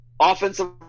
Offensive